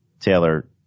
Taylor